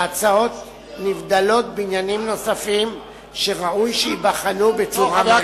ההצעות נבדלות בעניינים נוספים שראוי שייבחנו בצורה מעמיקה.